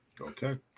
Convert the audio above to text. Okay